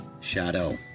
Shadow